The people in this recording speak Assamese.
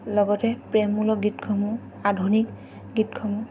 লগতে প্ৰেমমূলক গীতসমূহ আধুনিক গীতসমূহ